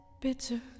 bitter